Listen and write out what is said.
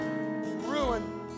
ruin